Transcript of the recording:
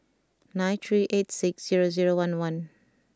nine three eight six zero zero one one